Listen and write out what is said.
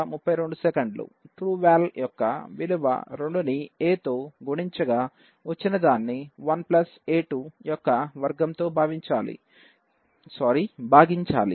trueVal యొక్క విలువ 2 ని a తో గుణించగా వచ్చినదాన్ని 1a2 యొక్క వర్గంతో భాగించాలి